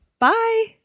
Bye